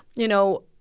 you know,